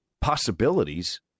possibilities